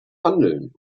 handeln